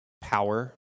power